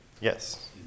Yes